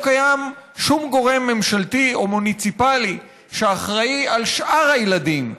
לא קיים שום גורם ממשלתי או מוניציפלי שאחראי לשאר הילדים,